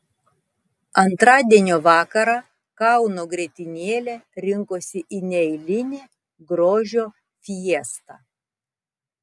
antradienio vakarą kauno grietinėlė rinkosi į neeilinę grožio fiestą